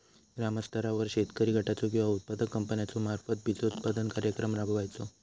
ग्रामस्तरावर शेतकरी गटाचो किंवा उत्पादक कंपन्याचो मार्फत बिजोत्पादन कार्यक्रम राबायचो?